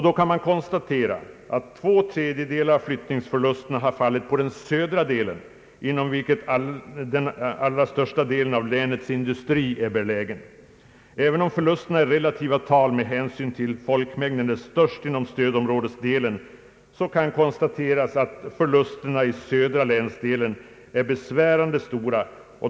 Då kan man konstatera att två tredjedelar av flyttningsförlusterna har fallit på den södra delen inom vilken den allra största delen av länets industri är belägen. även om förlusterna i relativa tal med hänsyn till folkmängden är störst inom stödområdesdelen kan konstateras att förlusierna i södra länsdelen är besvärande stora.